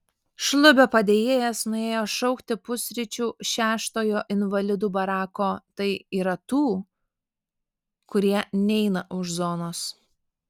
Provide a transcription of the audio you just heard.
šlubio padėjėjas nuėjo šaukti pusryčių šeštojo invalidų barako tai yra tų kurie neina už zonos